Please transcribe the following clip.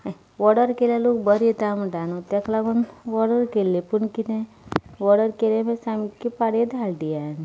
हें ऑडर केल्लें लोक बरें येतात म्हणटा न्हय ताका लागून ऑडर केल्ली पूण कितें ऑडर केलें म्हूण सामकी पाड धाडली